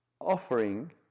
offering